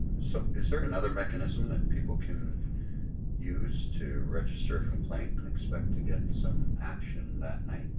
so is there another mechanism that people can use to register a complaint and expect to get some action that night?